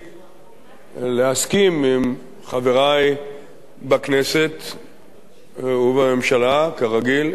להסכים עם חברי בכנסת ובממשלה, כרגיל ככל הניתן,